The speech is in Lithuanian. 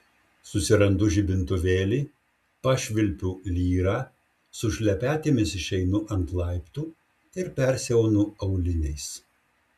susirandu žibintuvėlį pašvilpiu lyrą su šlepetėmis išeinu ant laiptų ir persiaunu auliniais